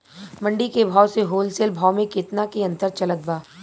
मंडी के भाव से होलसेल भाव मे केतना के अंतर चलत बा?